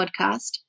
podcast